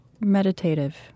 meditative